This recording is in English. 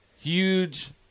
Huge